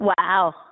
wow